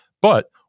But-